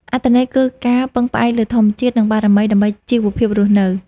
អត្ថន័យគឺការពឹងផ្អែកលើធម្មជាតិ និងបារមីដើម្បីជីវភាពរស់នៅ។